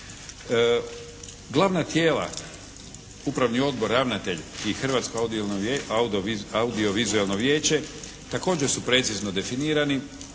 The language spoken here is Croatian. Glavna tijela Upravni odbor, ravnatelj i Hrvatsko audiovizualno vijeće također su precizno definirani,